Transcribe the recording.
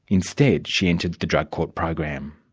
instead, she entered the drug court program.